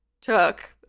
took